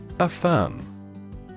Affirm